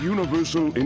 Universal